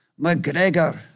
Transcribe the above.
McGregor